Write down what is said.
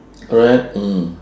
correct mm